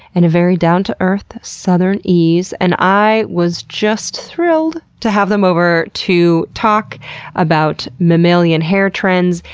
and a very down-to-earth southern ease. and i was just thrilled to have them over to talk about mammalian hair trends,